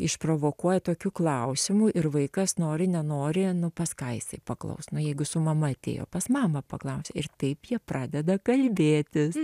išprovokuoja tokių klausimų ir vaikas nori nenori nu pas ką jisai paklaus nu jeigu su mama atėjo pas mamą paklausia ir taip jie pradeda kalbėtis